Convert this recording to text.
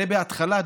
הרי בהתחלה,